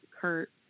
Kurt